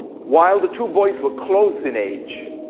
while the two boys were close in age,